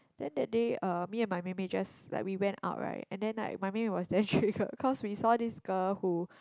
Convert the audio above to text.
then that day me and my mei mei just like we went out right and then like my mei mei was damn triggered cause we saw this girl who